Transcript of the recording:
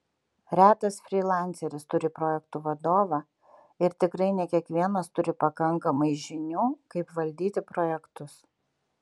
retas frylanceris turi projektų vadovą ir tikrai ne kiekvienas turi pakankamai žinių kaip valdyti projektus